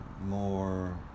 More